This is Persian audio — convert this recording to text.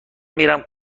میرم